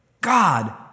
God